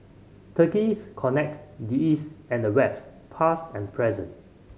turkey connects the East and the West past and present